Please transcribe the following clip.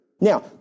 Now